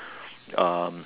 um